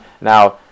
now